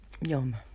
yum